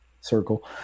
circle